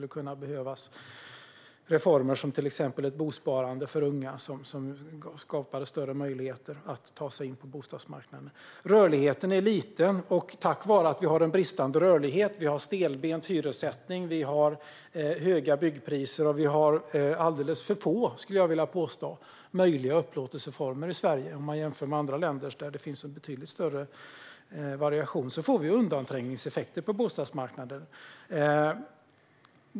Det skulle behövas reformer, till exempel ett bosparande för unga, som skapar större möjligheter att ta sig in på bostadsmarknaden. Rörligheten är liten. Vi har en bristande rörlighet, stelbent hyressättning, höga byggpriser och alldeles för få, skulle jag vilja påstå, möjliga upplåtelseformer i Sverige om man jämför med andra länder där det finns en betydligt större variation. På grund av det får vi undanträngningseffekter på bostadsmarknaden.